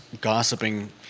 gossiping